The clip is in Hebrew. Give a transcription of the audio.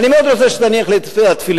אני מאוד רוצה שתניח לי את התפילין.